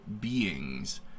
beings